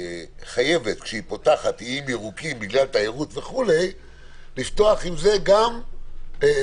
חייבת כשהיא פותחת איים ירוקים בגלל תיירות לפתוח עם זה גם אטרקציות.